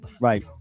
right